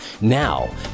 Now